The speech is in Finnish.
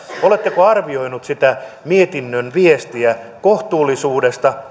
oletteko arvioinut sitä mietinnön viestiä kohtuullisuudesta